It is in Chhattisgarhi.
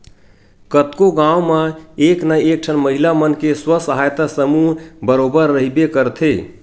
कतको गाँव म एक ना एक ठन महिला मन के स्व सहायता समूह बरोबर रहिबे करथे